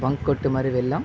bunk కొట్టి మరీ వెళ్ళాం